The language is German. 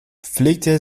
pflegte